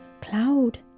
cloud